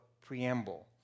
preamble